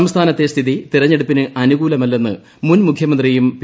സംസ്ഥാനത്തെ സ്ഥിതി തെരഞ്ഞെടുപ്പിന് അനുകൂലമല്ലെന്ന് മുൻമുഖ്യമന്ത്രിയും പി